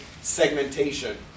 segmentation